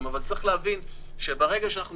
ונגיד להם: אבל התחייבנו לשבוע הבא.